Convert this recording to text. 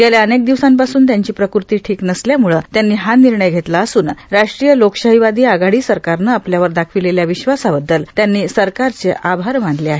गेल्या अनेक दिवसापासून त्यांची प्रकृति ठिक नसल्यामुळे त्यांनी हा निर्णय घेतला असून राष्ट्रीय लोकशाहीवादी आघाडी सरकारनं आपल्यावर दाखवलेल्या विश्वासाबद्दल त्यांनी सरकारचे आभार मानले आहेत